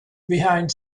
behind